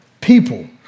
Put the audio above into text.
People